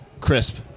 crisp